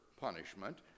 punishment